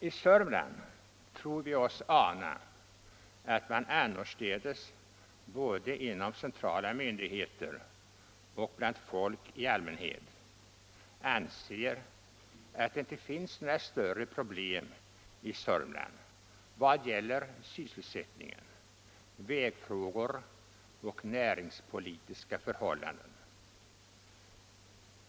I Södermanland tror vi oss ana att man annorstädes, både inom centrala myndigheter och bland folk i allmänhet, anser att det inte finns några större problem i Södermanland i vad gäller sysselsättningen, vägfrågor och näringspolitiska förhållanden.